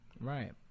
right